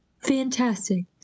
fantastic